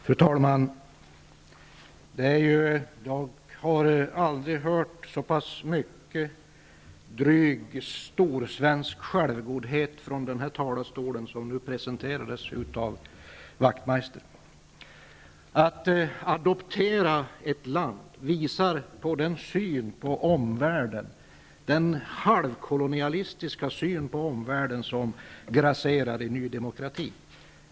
Fru talman! Jag har aldrig hört någon i den här talarstolen ge uttryck för så pass mycket av dryg storsvensk självgodhet som Ian Wachtmeister här gjorde. Att tala om adoption av ett land visar vilken halvkolonialistisk syn på omvärlden som grasserar i Ny Demokrati.